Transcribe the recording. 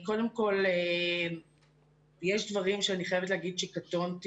קודם כל, יש דברים שאני חייבת לומר שקטונתי.